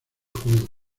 juego